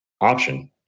option